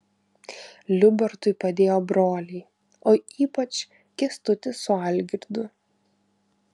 liubartui padėjo broliai o ypač kęstutis su algirdu